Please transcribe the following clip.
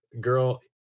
girl